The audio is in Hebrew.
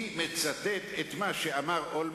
אני מצטט את מה שאמר אולמרט,